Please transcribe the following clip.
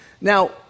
Now